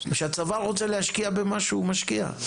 אבל כשהצבא רוצה להשקיע במשהו הוא משקיע.